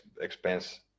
expense